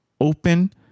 open